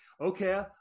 okay